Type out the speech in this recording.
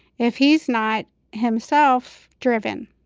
if he's not himself driven.